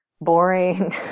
boring